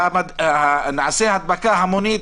שנעשה הדבקה המונית.